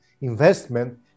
investment